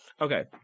Okay